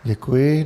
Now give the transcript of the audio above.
Děkuji.